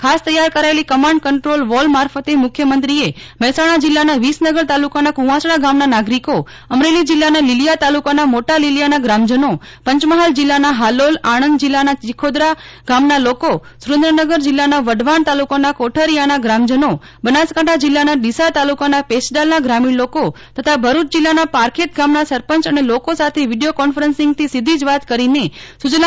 ખાસ તૈયાર કરાયેલી કમાન્ડ કન્ટ્રોલ વોલ મારફતે મુખ્યમંત્રીએ મહેસાણા જિલ્લાના વિસનગર તાલુકાના કુંવાસણા ગામના નાગરિકો અમરેલી જિલ્લાના લીલીયા તાલુકાના મોટા લીલીયાના ગ્રામજનો પંચમહાલ જિલ્લાના હાલોલ આણંદ જિલ્લાના ચિખોદરા ગામના લોકો સુરેન્દ્રનગર જિલ્લાના વઢવાણ તાલુકાના કોઠારીયાના ગ્રામજનો બનાસકાંઠા જિલ્લાના ડીસા તાલુકાના પેછડાલના ગ્રામીણ લોકો તથા ભરૂચ જિલ્લાના પારખેત ગામના સરપંચ અને લોકો સાથે વીડિયો કોન્ફરન્સિંગથી સીધી જ વાત કરીને સુજલામ્ સુફલામ્ જળ અભિયાનની કામગીરીની સમીક્ષા કરીને ગ્રામજનોના પ્રતિભાવો સાંભળ્યા હતા